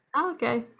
okay